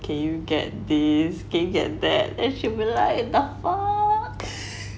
can you get this can you get that then she'll be like the fuck